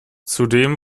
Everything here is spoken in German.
zudem